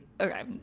okay